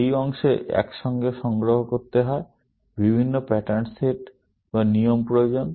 এই অংশ একসঙ্গে সংগ্রহ করতে হয় বিভিন্ন প্যাটার্ন সেট বা নিয়ম প্রয়োজন